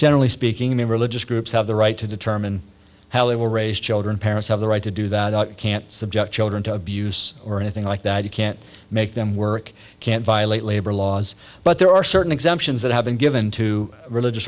generally speaking the religious groups have the right to determine how they will raise children parents have the right to do that can't subject children to abuse or anything like that you can't make them work can't violate labor laws but there are certain exemptions that have been given to religious